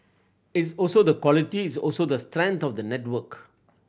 it's also the quality it's also the strength of the network